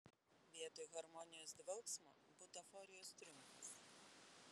vietoj harmonijos dvelksmo butaforijos triumfas